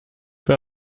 für